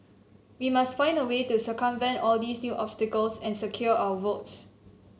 we must find a way to circumvent all these new obstacles and secure our votes